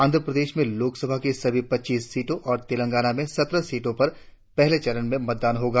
आंध्र प्रदेश में लोकसभा की सभी पचीस सीटों और तेलंगाना में सत्रह सीटों पर पहले चरण में ही मतदान होगा